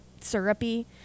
syrupy